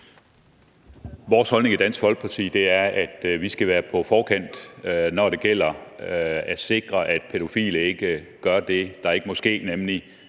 Vores holdning i Dansk Folkeparti er, at vi skal være på forkant, når det gælder at sikre, at pædofile ikke gør det, der ikke må ske,